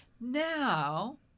Now